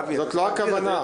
זאת לא הכוונה.